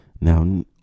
now